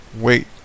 wait